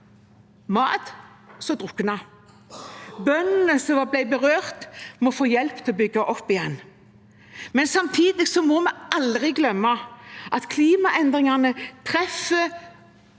mat som druknet. Bøndene som ble berørt, må få hjelp til å bygge opp igjen. Samtidig må vi aldri glemme at klimaendringene treffer